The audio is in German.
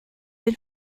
den